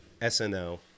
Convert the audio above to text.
SNL